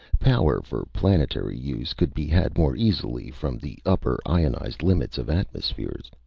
power for planetary use could be had more easily from the upper, ionized limits of atmospheres.